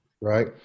Right